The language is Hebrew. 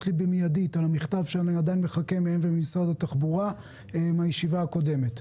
לי מידית על המכתב שאני מחכה מהם וממשרד התחבורה מהישיבה הקודמת.